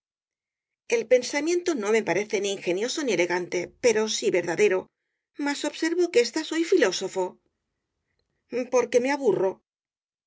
el pensamiento no me parece ni ingenioso ni elegante pero sí verdadero mas observo que estás hoy filósofo porque me aburro